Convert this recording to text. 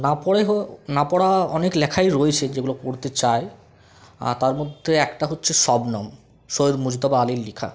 না পড়ে হো না পড়া অনেক লেখাই রয়েছে যেগুলো পড়তে চাই তার মধ্যে একটা হচ্ছে শবনম সৈয়দ মুজতবা আলির লেখা